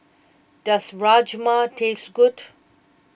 does Rajma taste good